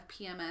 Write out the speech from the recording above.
PMS